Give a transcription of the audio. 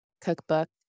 cookbook